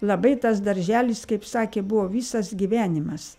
labai tas darželis kaip sakė buvo visas gyvenimas